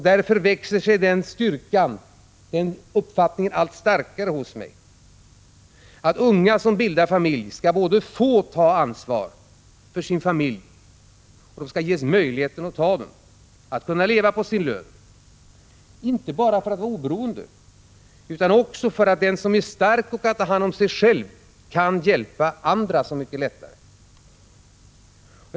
Därför växer sig den uppfattningen allt starkare hos mig att unga som bildar familj skall både få ta ansvar för sin familj och ges möjligheter att ta detta ansvar. De skall kunna leva på sin lön, inte bara för att vara oberoende utan också därför att den som är stark och kan ta hand om sig själv kan hjälpa andra så mycket lättare.